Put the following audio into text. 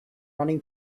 running